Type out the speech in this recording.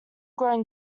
grown